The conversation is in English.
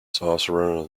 sorcerer